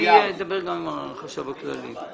אני גם אדבר עם החשב הכללי.